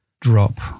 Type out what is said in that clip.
drop